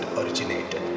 originated